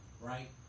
Right